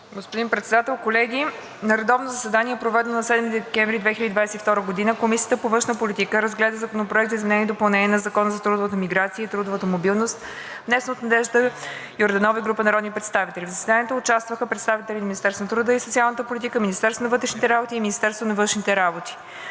Господин Председател, колеги! „На редовно заседание, проведено на 7 декември 2022 г., Комисията по външна политика разгледа Законопроект за изменение и допълнение на Закона за трудовата миграция и трудовата мобилност, внесен от Надежда Георгиева Йорданова и група народни представители. В заседанието участваха представители на Министерството на труда и социалната политика, Министерството на вътрешните работи и Министерството на външните работи,